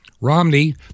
Romney